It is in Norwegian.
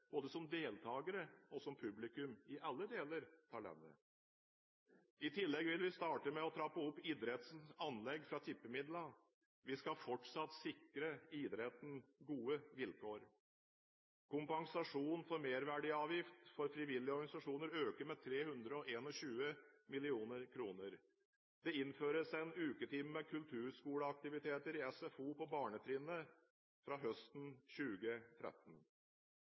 både som deltakere og som publikum, i alle deler av landet. I tillegg vil vi starte med å trappe opp idrettens andel fra tippemidlene. Vi skal fortsatt sikre idretten gode vilkår. Kompensasjonen for merverdiavgift for frivillige organisasjoner øker med 321 mill. kr. Det innføres én uketime med kulturskoleaktiviteter i SFO på barnetrinnet fra høsten 2013.